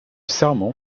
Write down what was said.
serment